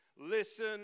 listen